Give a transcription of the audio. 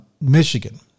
Michigan